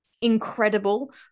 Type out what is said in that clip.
incredible